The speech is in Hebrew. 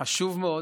חשוב מאוד.